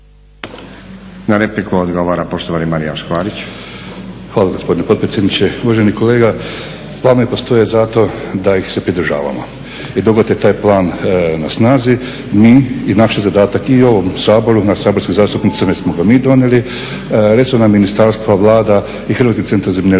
Na repliku odgovara poštovani Marijan Škvarić. **Škvarić, Marijan (HNS)** Hvala gospodine potpredsjedniče. Uvaženi kolega, planovi postoje zato da ih se pridržavamo. I dok god je taj plan na snazi mi i naš je zadatak i u ovom Saboru, nas saborskih zastupnika jer smo ga mi donijeli, resorna ministarstva, Vlada i Hrvatski centar za